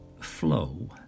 Flow